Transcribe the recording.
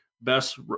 best